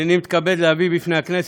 ענת ברקו.